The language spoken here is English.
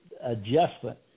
adjustment